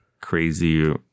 crazy